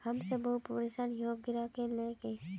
हम सब बहुत परेशान हिये कीड़ा के ले के?